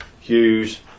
Hughes